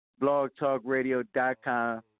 blogtalkradio.com